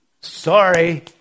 Sorry